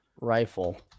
Rifle